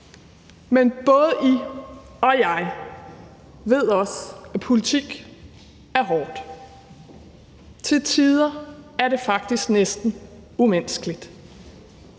Men både I og jeg ved også, at politik er hårdt. Til tider er det faktisk næsten umenneskeligt